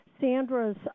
Sandra's